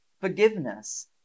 forgiveness